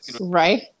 Right